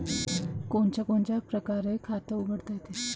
कोनच्या कोनच्या परकारं खात उघडता येते?